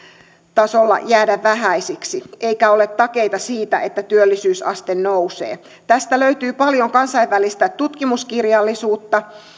tasolla jäädä vähäisiksi eikä ole takeita siitä että työllisyysaste nousee tästä löytyy paljon kansainvälistä tutkimuskirjallisuutta